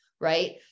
right